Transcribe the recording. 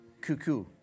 Cuckoo